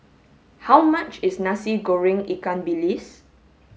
how much is Nasi Goreng Ikan Bilis